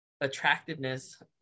attractiveness